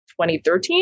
2013